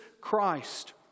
Christ